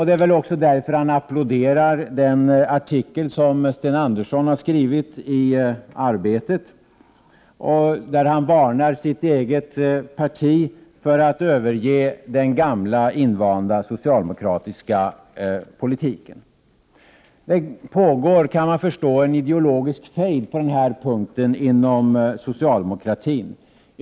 Det är väl också därför han applåderar den artikel som Sten Andersson har skrivit i tidningen Arbetet. I artikeln varnar han sitt eget parti för att överge den gamla invanda socialdemokratiska politiken. Det pågår, kan man förstå, en ideologisk fejd på denna punkt inom socialdemokratin.